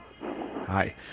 Hi